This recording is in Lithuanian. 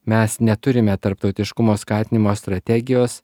mes neturime tarptautiškumo skatinimo strategijos